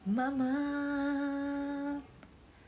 mama